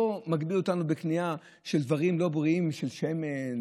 לא מגבילים אותנו בקנייה של דברים לא בריאים: של שמן,